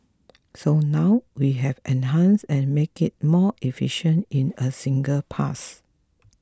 so now we have enhanced and make it more efficient in a single pass